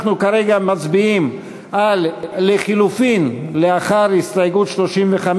אנחנו כרגע מצביעים על לחלופין לאחר הסתייגות 35,